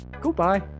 Goodbye